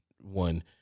one